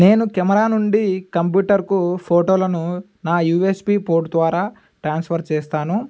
నేను కెమెరా నుండి కంప్యూటర్కు ఫోటోలను నా యూఎస్బి పోర్డ్ ద్వారా ట్రాన్స్ఫర్ చేస్తాను